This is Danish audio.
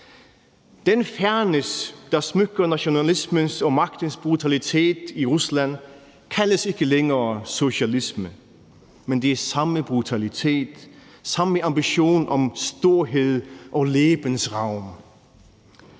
Den fernis, der smykker nationalismens og magtens brutalitet i Rusland, kaldes ikke længere socialisme, men det er samme brutalitet, samme ambition om storhed og lebensraum.